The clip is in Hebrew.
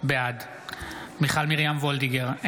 בעד מיכל מרים וולדיגר,